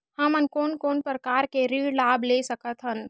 हमन कोन कोन प्रकार के ऋण लाभ ले सकत हन?